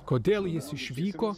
kodėl jis išvyko